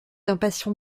impatient